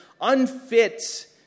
unfit